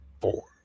four